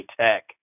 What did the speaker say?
Tech